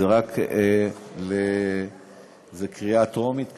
זו רק קריאה טרומית כרגע.